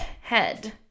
head